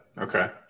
Okay